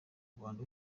rwanda